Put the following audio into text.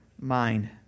mind